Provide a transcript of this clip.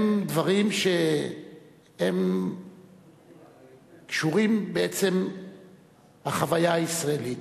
הם דברים שהם קשורים בעצם בחוויה הישראלית.